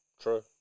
true